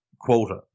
quota